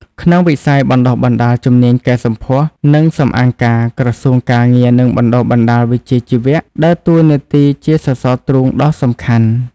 ក្នុងវិស័យបណ្ដុះបណ្ដាលជំនាញកែសម្ផស្ស និងសម្អាងការ ក្រសួងការងារ និងបណ្ដុះបណ្ដាលវិជ្ជាជីវៈ ដើរតួនាទីជាសសរទ្រូងដ៏សំខាន់។